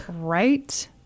Right